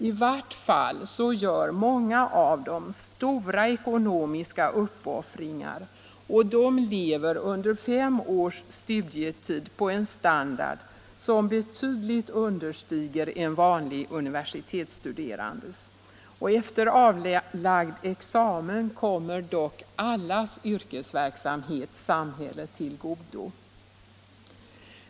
I vart fall gör många av dem stora ekonomiska uppoffringar och lever under fem års studietid på en standard som betydligt understiger en vanlig universitetsstuderandes. Efter avlagd examen kommer dock allas yrkesverksamhet samhället till godo.